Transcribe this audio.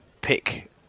pick